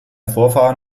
vorfahren